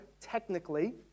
technically